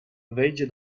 wejdzie